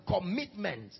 commitment